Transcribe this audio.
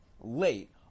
late